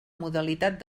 modalitat